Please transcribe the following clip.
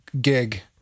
gig